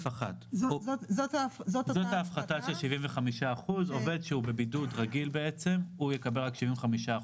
זאת ההפחתה של 75%. עובד שנמצא בבידוד רגיל יקבל רק 75%,